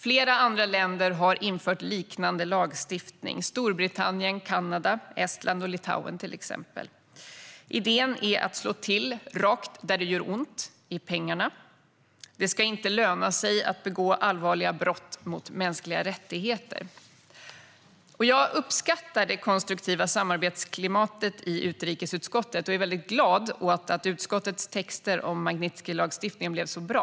Flera andra länder har infört liknande lagstiftning, till exempel Storbritannien, Kanada, Estland och Litauen. Idén är att slå till rakt där det gör ont - i pengarna. Det ska inte löna sig att begå allvarliga brott mot mänskliga rättigheter. Jag uppskattar det konstruktiva samarbetsklimatet i utrikesutskottet och är väldigt glad åt att utskottets texter om Magnitskijlagstiftningen blev så bra.